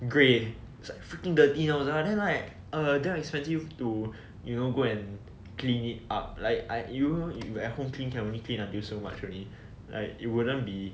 grey it's like freaking dirty you know then like damn expensive to you know to go and clean it up like you know you clean at home you can only clean until so much only like it wouldn't be